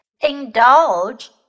indulge